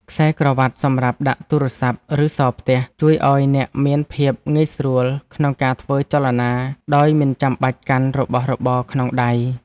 ខ្សែក្រវាត់សម្រាប់ដាក់ទូរសព្ទ ឬសោផ្ទះ ជួយឱ្យអ្នកមានភាពងាយស្រួលក្នុងការធ្វើចលនាដោយមិនចាំបាច់កាន់របស់របរក្នុងដៃ។